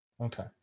Okay